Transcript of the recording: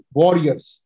warriors